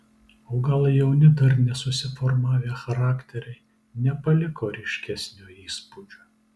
o gal jauni dar nesusiformavę charakteriai nepaliko ryškesnio įspūdžio